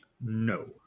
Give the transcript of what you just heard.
No